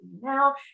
now